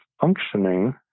functioning